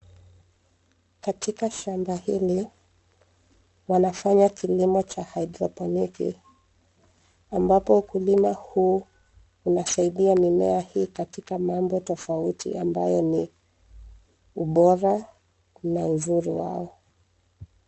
Katika shamba hili wanafanya kilimo cha haidroponiki ambapo ukulima huu unasaidia mimea hii katika mambo tofauti ambayo ni ubora na uzuri wao.